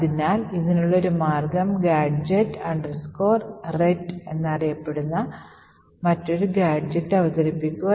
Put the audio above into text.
അതിനാൽ ഇതിനുള്ള ഒരു മാർഗ്ഗം Gadget Ret എന്നറിയപ്പെടുന്ന മറ്റൊരു ഗാഡ്ജെറ്റ് അവതരിപ്പിക്കുക എന്നതാണ്